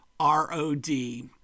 R-O-D